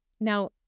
Now